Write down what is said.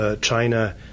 China